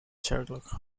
sherlock